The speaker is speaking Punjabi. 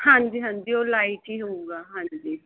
ਹਾਂਜੀ ਹਾਂਜੀ ਉਹ ਲਾਈਟ ਹੀ ਹੋਊਗਾ ਹਾਂਜੀ